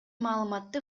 маалыматты